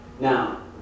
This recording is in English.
Now